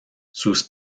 sus